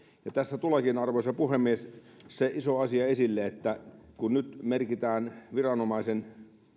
ja tässä tuleekin arvoisa puhemies se iso asia esille kun nyt merkitään viranomaisen